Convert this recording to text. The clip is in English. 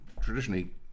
traditionally